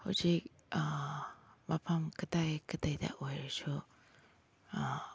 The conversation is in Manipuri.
ꯍꯧꯖꯤꯛ ꯃꯐꯝ ꯀꯗꯥꯏ ꯀꯗꯥꯏꯗ ꯑꯣꯏꯔꯁꯨ